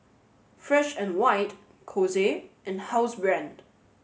Fresh and White Kose and Housebrand